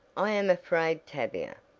i am afraid tavia,